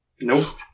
Nope